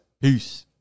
Peace